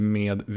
med